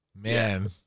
man